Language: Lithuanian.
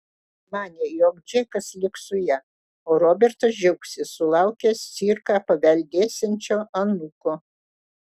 manė jog džekas liks su ja o robertas džiaugsis sulaukęs cirką paveldėsiančio anūko